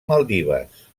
maldives